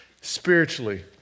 spiritually